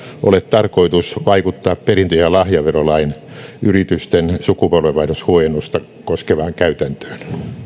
ole tarkoitus vaikuttaa perintö ja lahjaverolain yritysten sukupolvenvaihdoshuojennusta koskevaan käytäntöön